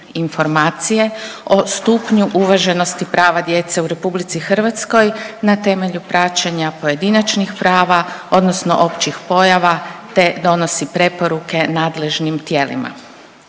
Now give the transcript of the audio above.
informacije o stupnju uvaženosti prava djece u RH na temelju praćenja pojedinačnih prava odnosno općih pojava te donosi preporuke nadležnim tijelima.